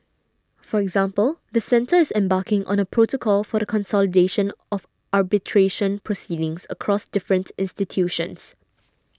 for example the centre is embarking on a protocol for the consolidation of arbitration proceedings across different institutions